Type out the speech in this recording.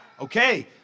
Okay